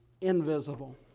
invisible